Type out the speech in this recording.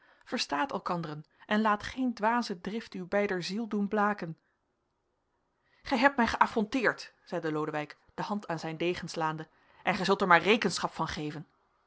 verstaat elkanderen en laat geen dwaze drift u beider ziel doen blaken gij hebt mij geaffronteerd zeide lodewijk de hand aan zijn degen slaande en gij zult er mij rekenschap van geven